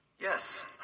Yes